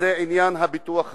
הוא עניין הביטוח הלאומי.